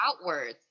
outwards